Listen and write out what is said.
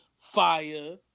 fire